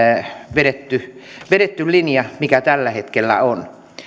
vedetty vedetty linja mikä tällä hetkellä on